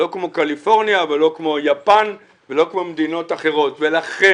לא כמו קליפורניה ולא כמו יפן ולא כמו מדינות אחרות ולכן